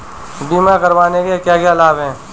बीमा करवाने के क्या क्या लाभ हैं?